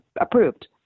approved